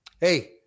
Hey